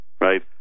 Right